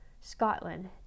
Scotland